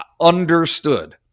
understood